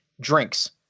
drinks